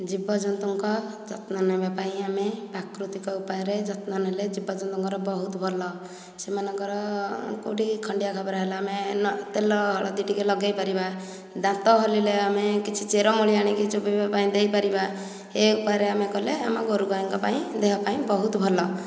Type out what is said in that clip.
ଜୀବ ଜନ୍ତୁଙ୍କ ଯତ୍ନ ନେବା ପାଇଁ ଆମେ ପ୍ରାକୃତିକ ଉପାୟରେ ଯତ୍ନ ନେଲେ ଜୀବ ଜନ୍ତୁଙ୍କର ବହୁତ ଭଲ ସେମାଙ୍କର କେଉଁଠି ଖଣ୍ଡିଆ ଖାବରା ହେଲେ ଆମେ ନ ତେଲ ହଳଦୀ ଟିକେ ଲଗାଇ ପାରିବା ଦାନ୍ତ ହଲିଲେ ଆମେ କିଛି ଚେର ମୂଳି ଆଣିକି ଚୋବାଇବା ପାଇଁ ଦେଇପାରିବା ଏ ଉପାୟରେ ଆମେ କଲେ ଆମ ଗୋରୁ ଗାଈଙ୍କ ପାଇଁ ଦେହ ପାଇଁ ବହୁତ ଭଲ